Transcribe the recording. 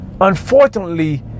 unfortunately